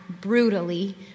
brutally